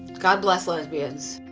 god bless lesbians.